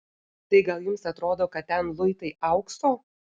tai gal jums atrodo kad ten luitai aukso